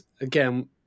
again